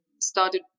started